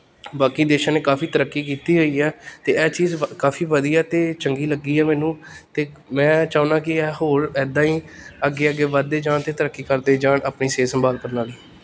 ਬਾਕੀ ਦੇਸ਼ਾਂ ਨੇ ਕਾਫੀ ਤਰੱਕੀ ਕੀਤੀ ਹੋਈ ਹੈ ਅਤੇ ਇਹ ਚੀਜ਼ ਕਾਫੀ ਵਧੀਆ ਅਤੇ ਚੰਗੀ ਲੱਗੀ ਹੈ ਮੈਨੂੰ ਅਤੇ ਮੈਂ ਚਾਹੁੰਦਾ ਕਿ ਹੋਰ ਇੱਦਾਂ ਹੀ ਅੱਗੇ ਅੱਗੇ ਵਧਦੇ ਜਾਣ ਅਤੇ ਤਰੱਕੀ ਕਰਦੇ ਜਾਣ ਆਪਣੀ ਸਿਹਤ ਸੰਭਾਲ ਪ੍ਰਣਾਲੀ